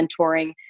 mentoring